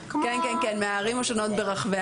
הערים השונות ברחבי